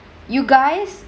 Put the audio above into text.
you guys